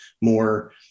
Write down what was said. more